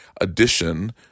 addition